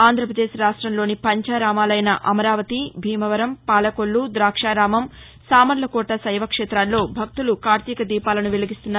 ఆంధ్రపదేశ్ రాష్టంలోని పంచారామాలైన అమరావతి భీమవరం పాలకొల్లు ద్రాక్షారామం సామర్ల కోట శైవ క్షేతాల్లో భక్తులు కార్తీక దీపాలను వెలిగిస్తున్నారు